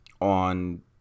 on